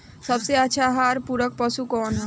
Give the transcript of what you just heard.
सबसे अच्छा आहार पूरक पशु कौन ह?